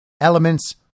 elements